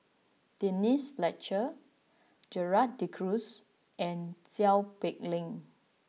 Denise Fletcher Gerald De Cruz and Seow Peck Leng